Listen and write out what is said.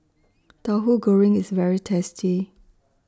Tauhu Goreng IS very tasty